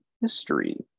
history